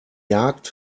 jagd